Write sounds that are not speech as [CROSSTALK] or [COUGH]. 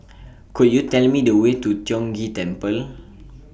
[NOISE] Could YOU Tell Me The Way to Tiong Ghee Temple